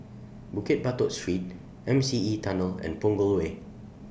Bukit Batok Street M C E Tunnel and Punggol Way